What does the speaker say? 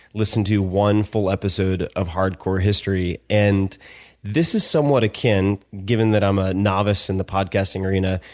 listen to one full episode of hardcore history. and this is somewhat akin, given that i'm a novice in the podcast and arena,